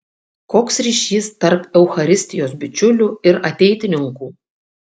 koks ryšys tarp eucharistijos bičiulių ir ateitininkų